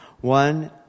One